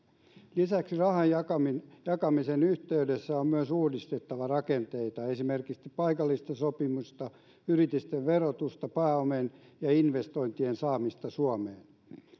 lisäksi rahan jakamisen yhteydessä on myös uudistettava rakenteita esimerkiksi paikallista sopimista yritysten verotusta sekä pääomien ja investointien saamista suomeen